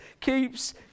keeps